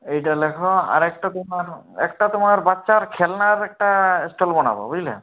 এইটা লেখো আর একটা তোমার একটা তোমার বাচ্চার খেলনার একটা স্টল বানাবো বুঝলে